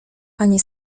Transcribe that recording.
panie